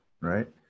right